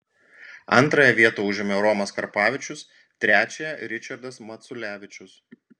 antrąją vietą užėmė romas karpavičius trečiąją ričardas maculevičius